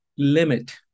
Limit